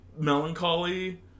melancholy